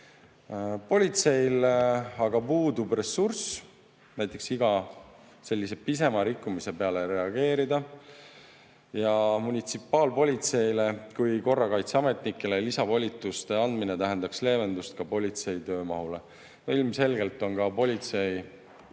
Politseil aga puudub ressurss igale pisemale rikkumisele reageerida. Munitsipaalpolitseile kui korrakaitseametnikele lisavolituste andmine tähendaks leevendust ka politsei töömahule. Ilmselgelt on ka politsei